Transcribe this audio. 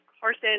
Carson